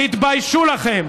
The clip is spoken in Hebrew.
תתביישו לכם.